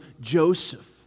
Joseph